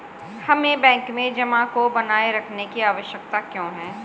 हमें बैंक में जमा को बनाए रखने की आवश्यकता क्यों है?